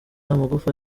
amagufa